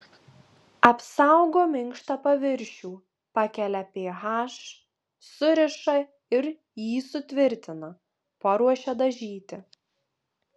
apsaugo minkštą paviršių pakelia ph suriša ir jį sutvirtina paruošia dažyti